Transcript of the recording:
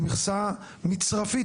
היא מכסה מצרפית,